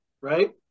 Right